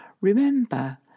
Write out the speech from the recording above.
Remember